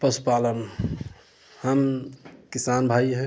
पशुपालन हम किसान भाई हैं